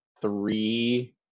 three